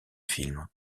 film